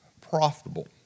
profitable